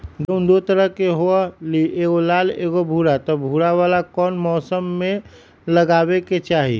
गेंहू दो तरह के होअ ली एगो लाल एगो भूरा त भूरा वाला कौन मौसम मे लगाबे के चाहि?